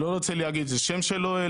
לא רוצה להגיד את השם שלו.